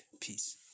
peace